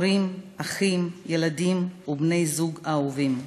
הורים, אחים, ילדים ובני-זוג אהובים.